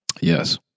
Yes